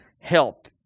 help